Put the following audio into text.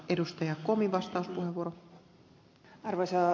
arvoisa rouva puhemies